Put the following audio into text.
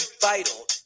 vital